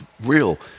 real